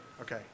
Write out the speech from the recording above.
Okay